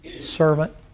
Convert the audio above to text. servant